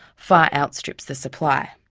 far outstrips the supply.